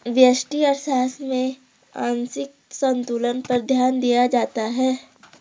व्यष्टि अर्थशास्त्र में आंशिक संतुलन पर ध्यान दिया जाता है